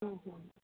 ಹ್ಞೂ ಹ್ಞೂ